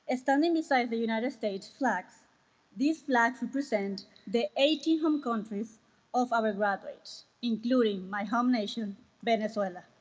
ah standing beside the united states flags these flags represent the eighteen home countries of our graduates including my home nation venezuela